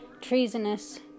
treasonous